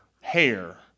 hair